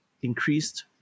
increased